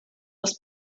was